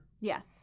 Yes